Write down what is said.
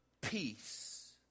peace